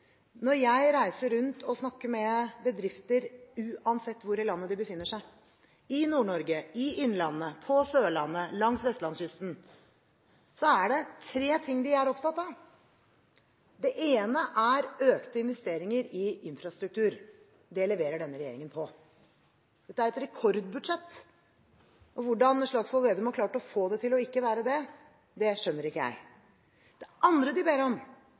Når jeg reiser rundt og snakker med bedrifter, uansett hvor i landet de befinner seg – i Nord-Norge, i Innlandet, på Sørlandet, langs Vestlandskysten – så er det tre ting de er opptatt av. Det ene er økte investeringer i infrastruktur. Det leverer denne regjeringen på. Dette er et rekordbudsjett! Hvordan Slagsvold Vedum har klart å få det til ikke å være det, skjønner ikke jeg. Det andre de ber om,